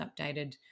updated